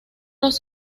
los